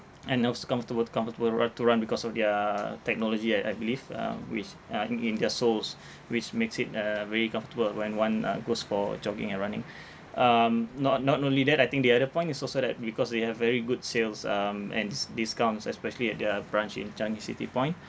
and also comfortable comfortable ru~ to run because of their technology I I believe uh with uh in in their soles which makes it uh very comfortable when one uh goes for jogging and running um not not only that I think the other point is also that because they have very good sales um and dis~ discounts especially at their branch in changi city point